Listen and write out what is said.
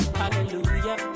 hallelujah